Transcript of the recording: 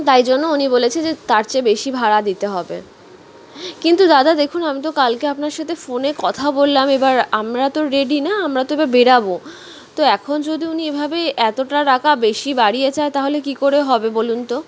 তাই জন্য উনি বলেছে যে তার চেয়ে বেশি ভাড়া দিতে হবে কিন্তু দাদা দেখুন আমি তো কালকে আপনার সাথে ফোনে কথা বললাম এবার আমরা তো রেডি না আমরা তো এবার বেরোব তো এখন যদি উনি এভাবে এতটা টাকা বেশি বাড়িয়ে চায় তাহলে কী করে হবে বলুন তো